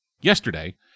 yesterday